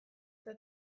eta